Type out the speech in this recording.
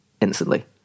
instantly